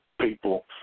people